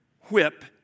whip